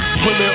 Women